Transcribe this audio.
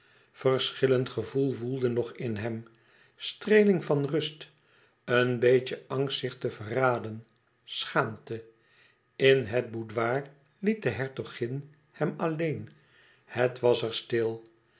verschillend gevoel woelde nog in hem streeling van rust een beetje angst zich te verraden schaamte in het boudoir liet de hertogin hem alleen het was er stil